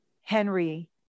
Henry